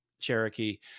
cherokee